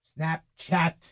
Snapchat